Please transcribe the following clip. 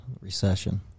Recession